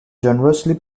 generously